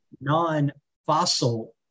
non-fossil